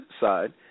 side